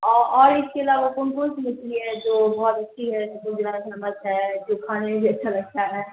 اور اس کے علاوہ کون کون سی مچھلی ہے جو بہت اچھی ہے جو زیادہ فیمس ہے جو کھانے میں بھی اچھا لگتا ہے